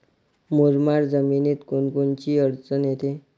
मुरमाड जमीनीत कोनकोनची अडचन येते?